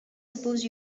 suppose